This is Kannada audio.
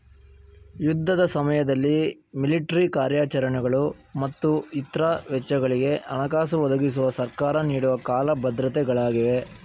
ಯುದ್ಧದ ಸಮಯದಲ್ಲಿ ಮಿಲಿಟ್ರಿ ಕಾರ್ಯಾಚರಣೆಗಳು ಮತ್ತು ಇತ್ರ ವೆಚ್ಚಗಳಿಗೆ ಹಣಕಾಸು ಒದಗಿಸುವ ಸರ್ಕಾರ ನೀಡುವ ಕಾಲ ಭದ್ರತೆ ಗಳಾಗಿವೆ